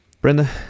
Brenda